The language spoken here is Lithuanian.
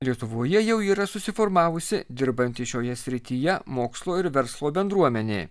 lietuvoje jau yra susiformavusi dirbanti šioje srityje mokslo ir verslo bendruomenė